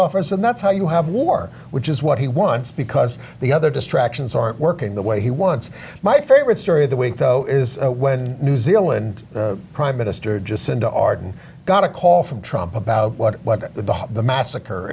officers and that's how you have war which is what he wants because the other distractions aren't working the way he wants my favorite story of the week though is when new zealand prime minister just said to art and got a call from trump about what the massacre